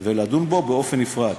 ולדון בו בנפרד